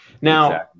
now